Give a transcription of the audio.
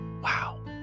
Wow